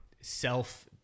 self